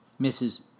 Mrs